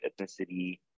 ethnicity